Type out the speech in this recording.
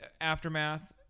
aftermath